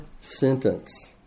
sentence